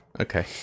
okay